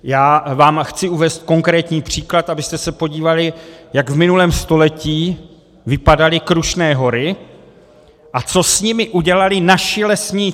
Já vám chci uvést konkrétní příklad, abyste se podívali, jak v minulém století vypadaly Krušné hory a co s nimi udělali naši lesníci.